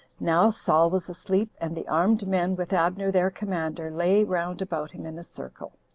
now saul was asleep, and the armed men, with abner their commander, lay round about him in a circle.